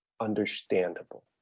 understandable